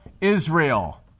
Israel